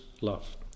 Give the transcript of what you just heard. love